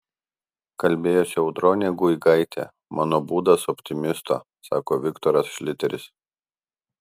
kalbėjosi audronė guigaitė mano būdas optimisto sako viktoras šliteris